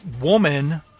woman